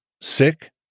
sick